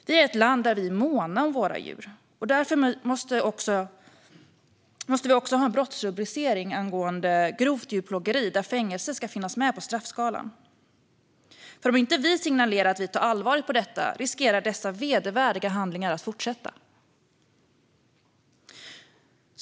Vi är ett land där vi är måna om våra djur, och därför måste vi ha en brottsrubricering angående grovt djurplågeri där fängelse finns med på straffskalan. Om inte vi signalerar att vi tar allvarligt på detta riskerar dessa vedervärdiga handlingar att fortsätta.